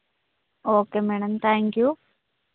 okay madam thank you